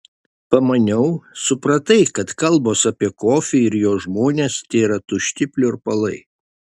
pamaniau supratai kad kalbos apie kofį ir jo žmones tėra tušti pliurpalai